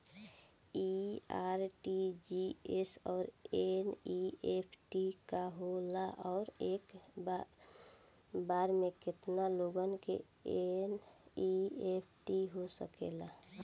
इ आर.टी.जी.एस और एन.ई.एफ.टी का होला और एक बार में केतना लोगन के एन.ई.एफ.टी हो सकेला?